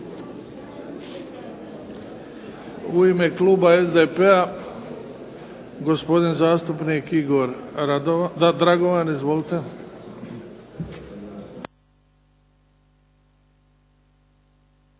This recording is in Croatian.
U ime kluba SDP-a gospodin zastupnik Igor Dragovan, izvolite.